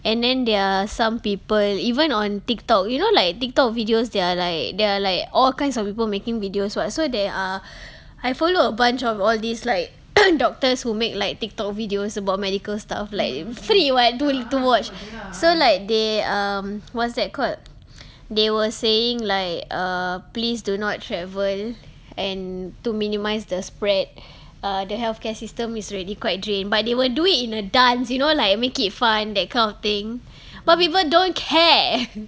and then there are some people even on Tiktok you know like Tiktok videos they're like they're like all kinds of people making videos what's so there are I follow a bunch of all these like doctors who make like Tiktok videos about medical stuff like free [what] t~ to watch so like they um what's that called they were saying like err please do not travel and to minimise the spread ah the healthcare system is really quite drained but they will do it in a dance you know like make it fun that kind of thing but people don't care